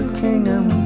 kingdom